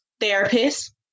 therapist